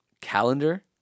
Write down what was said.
Calendar